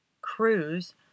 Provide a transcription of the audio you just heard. cruise